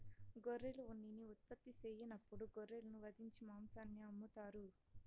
గొర్రెలు ఉన్నిని ఉత్పత్తి సెయ్యనప్పుడు గొర్రెలను వధించి మాంసాన్ని అమ్ముతారు